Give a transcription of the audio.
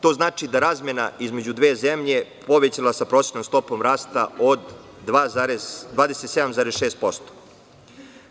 To znači da razmena između dve zemlje je povećana, sa prosečnom stopom rasta, od 27,6%